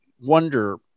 wonder